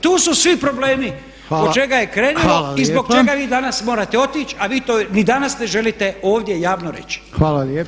Tu su svi problemi od čega je krenulo i zbog čega vi danas morate otići a vi to ni danas ne želite ovdje javno reći.